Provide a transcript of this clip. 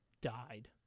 died